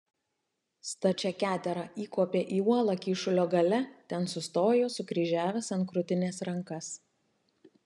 stačia ketera įkopė į uolą kyšulio gale ten sustojo sukryžiavęs ant krūtinės rankas